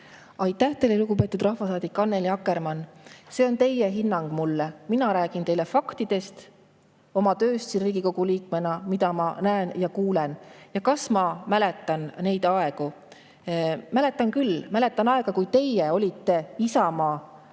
Aitäh teile, lugupeetud rahvasaadik Annely Akkermann! See on teie hinnang mulle. Mina räägin teile faktidest, oma tööst siin Riigikogu liikmena ja mida ma näen ja kuulen. Kas ma mäletan neid aegu? Mäletan küll. Mäletan aega, kui teie olite Isamaa